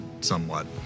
somewhat